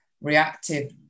reactive